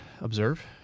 observe